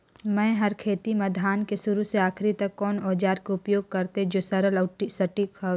मै हर खेती म धान के शुरू से आखिरी तक कोन औजार के उपयोग करते जो सरल अउ सटीक हवे?